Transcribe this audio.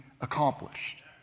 accomplished